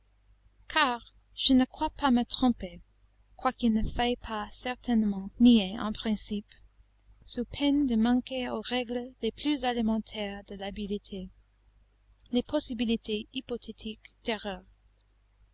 car je ne crois pas me tromper quoiqu'il ne faille pas certainement nier en principe sous peine de manquer aux règles les plus élémentaires de l'habileté les possibilités hypothétiques d'erreur